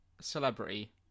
celebrity